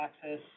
access